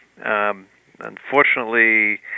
Unfortunately